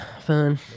fun